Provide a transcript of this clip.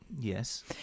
Yes